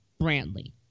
Brantley